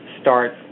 start